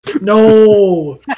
No